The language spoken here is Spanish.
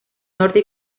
norte